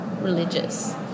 religious